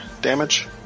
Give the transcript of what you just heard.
damage